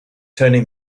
turning